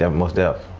um most def'.